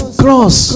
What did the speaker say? cross